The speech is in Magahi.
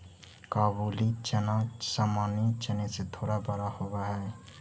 काबुली चना सामान्य चने से थोड़ा बड़ा होवअ हई